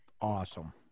awesome